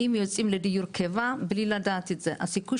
אם יוצאים לדיור קבע בלי לדעת את זה הסיכוי